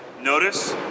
Notice